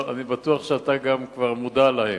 אני בטוח שאתה כבר מודע להם.